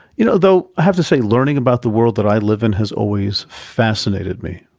you know, though, i have to say learning about the world that i live in has always fascinated me.